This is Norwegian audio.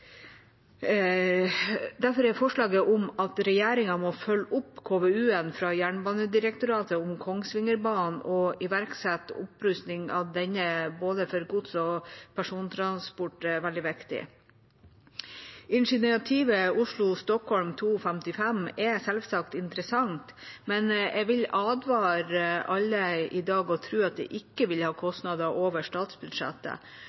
regjeringa må følge opp KVU-en fra Jernbanedirektoratet om Kongsvingerbanen og iverksette opprustning av denne både for gods- og persontransport, veldig viktig. Initiativet Oslo–Stockholm 2.55 er selvsagt interessant, men jeg vil advare alle i dag mot å tro at det ikke vil